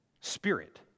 spirit